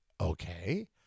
okay